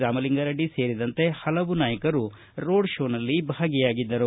ರಾಮಲಿಂಗಾರೆಡ್ಡಿ ಸೇರಿದಂತೆ ಹಲವು ನಾಯಕರು ರೋಡ ಶೋನಲ್ಲಿ ಭಾಗಿಯಾಗಿದ್ದರು